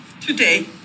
Today